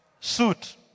suit